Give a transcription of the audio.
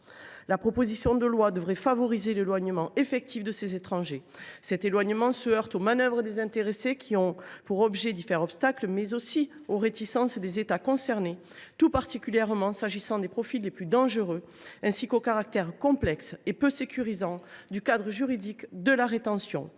La proposition de loi devrait favoriser l’éloignement effectif de ces étrangers. Cet éloignement se heurte aux manœuvres des intéressés, qui ont pour objet d’y faire obstacle, mais aussi aux réticences des États concernés, tout particulièrement s’agissant des profils les plus dangereux, ainsi qu’au caractère complexe et peu sécurisant du cadre juridique de la rétention.